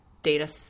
data